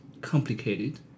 complicated